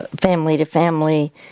family-to-family